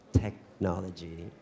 technology